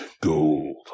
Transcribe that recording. gold